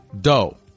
doe